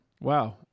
Wow